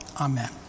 Amen